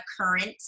current